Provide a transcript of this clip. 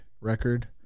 record